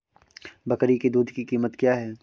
बकरी की दूध की कीमत क्या है?